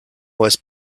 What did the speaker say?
was